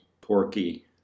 Porky